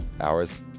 hours